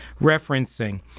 referencing